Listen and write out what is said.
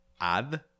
add